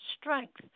strength